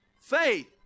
faith